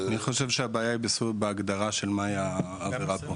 אני חושב שהבעיה היא בהגדרה של מהי העבירה פה.